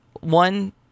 one